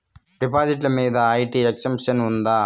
డిపాజిట్లు మీద IT exemption ఉందా?